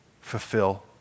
Fulfill